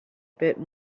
bit